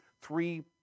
three